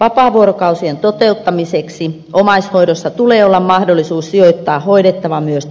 vapaavuorokausien toteuttamiseksi omaishoidossa tulee olla mahdollisuus sijoittaa hoidettava myös